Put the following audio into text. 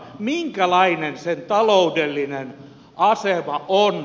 minkälainen sen taloudellinen asema on